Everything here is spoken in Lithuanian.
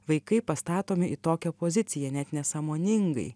vaikai pastatomi į tokią poziciją net nesąmoningai